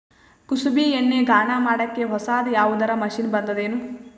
ಕುಸುಬಿ ಎಣ್ಣೆ ಗಾಣಾ ಮಾಡಕ್ಕೆ ಹೊಸಾದ ಯಾವುದರ ಮಷಿನ್ ಬಂದದೆನು?